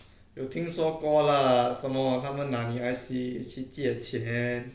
有听说过 lah 什么他们拿你 I_C 去借钱